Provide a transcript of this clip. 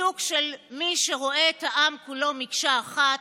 ניתוק של מי שרואה את העם כולו מקשה אחת,